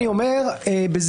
אני אומר בזהירות,